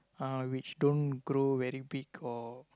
uh which don't grow very big or